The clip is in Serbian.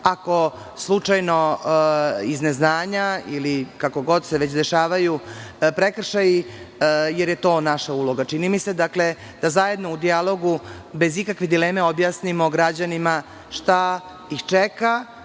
ako slučajno iz neznanja ili kako god se već dešavaju prekršaji, jer je to naša uloga, da zajedno u dijalogu bez ikakve dileme objasnimo građanima šta ih čeka